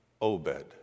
Obed